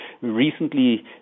recently